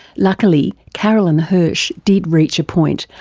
luckily carolyn hirsh did reach a point,